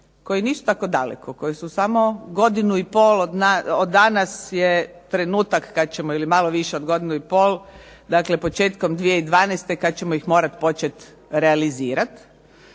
koji nisu tako daleko, koji su samo godinu i pol od danas je trenutak, ili malo više od godinu i pol, dakle početkom 2012. kad ćemo ih morati početi realizirati.